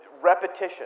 repetition